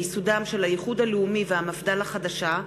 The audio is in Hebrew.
מיסודם של האיחוד הלאומי והמפד"ל החדשה,